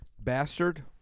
bastard